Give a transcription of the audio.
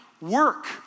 work